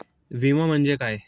विमा म्हणजे काय?